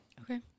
Okay